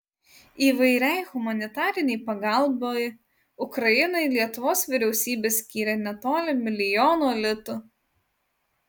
įvairiai humanitarinei pagalbai ukrainai lietuvos vyriausybė skyrė netoli milijono litų